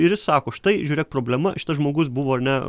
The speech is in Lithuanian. ir jis sako štai žiūrėk problema šitas žmogus buvo ar ne